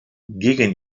gegen